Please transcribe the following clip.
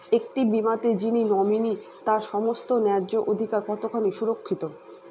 একটি বীমাতে যিনি নমিনি তার সমস্ত ন্যায্য অধিকার কতখানি সুরক্ষিত?